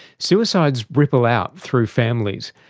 suicides ripple out through families,